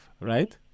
right